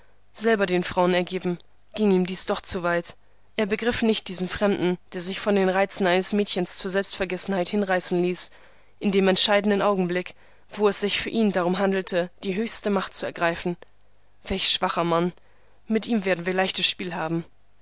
selber den frauen ergeben ging ihm dies doch zu weit er begriff nicht diesen fremden der sich von den reizen eines mädchens zur selbstvergessenheit hinreißen ließ in dem entscheidenden augenblick wo es sich für ihn darum handelte die höchste macht zu ergreifen welch schwacher mann mit ihm werden wir leichtes spiel haben